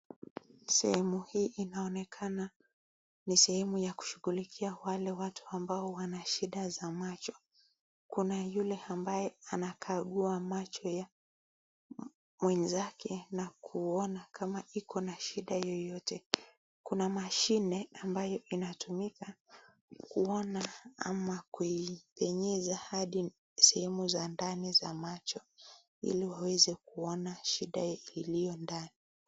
sehemu hii inaonekana ni sehemu ya kushugulikia wale watu ambao wana shida za macho, kuna yule ambaye anakagua macho ya mwenzake na kuona kama iko na shida yeyote kuna machine ambayo inatumika kuona ama kuipenyeza hadi sehemu za ndani za macho ilewaweze kuona shida iliondani.